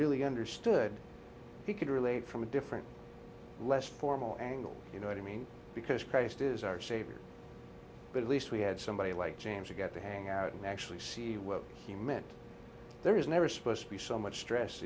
really understood he could relate from a different less formal angle you know i mean because christ is our savior at least we had somebody like james you get to hang out and actually see what you meant there is never supposed to be so much stress